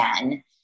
again